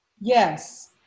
Yes